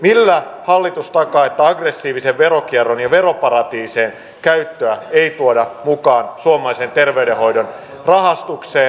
millä hallitus takaa että aggressiivisen veronkierron ja veroparatiisien käyttöä ei tuoda mukaan suomalaisen terveydenhoidon rahastukseen